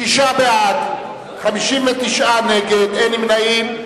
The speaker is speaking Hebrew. שישה בעד, 59 נגד, אין נמנעים.